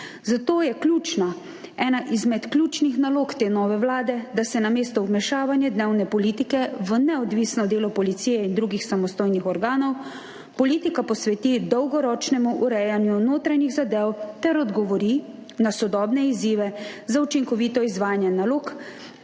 Zato je ena izmed ključnih nalog te nove vlade, da se namesto vmešavanja dnevne politike v neodvisno delo policije in drugih samostojnih organov politika posveti dolgoročnemu urejanju notranjih zadev ter odgovori na sodobne izzive za učinkovito izvajanje nalog